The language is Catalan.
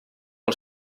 els